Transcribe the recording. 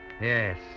yes